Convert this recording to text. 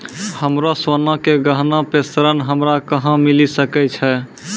हमरो सोना के गहना पे ऋण हमरा कहां मिली सकै छै?